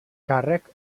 càrrecs